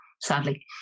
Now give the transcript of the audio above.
sadly